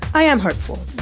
i am hopeful.